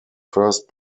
first